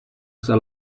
usa